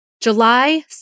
July